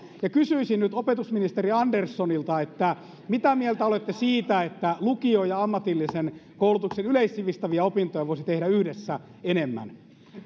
ja kysyisin nyt opetusministeri anderssonilta mitä mieltä olette siitä että lukion ja ammatillisen koulutuksen yleissivistäviä opintoja voisi tehdä enemmän